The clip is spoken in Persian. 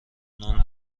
نان